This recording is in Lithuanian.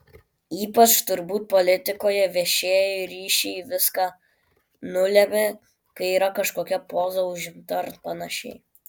ypač turbūt politikoje viešieji ryšiai viską nulemia kai yra kažkokia poza užimta ar panašiai